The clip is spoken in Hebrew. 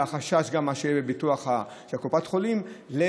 ויש חשש גם מה יהיה בביטוח של קופת חולים לביטוחים.